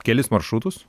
kelis maršrutus